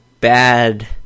bad